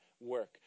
work